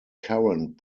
current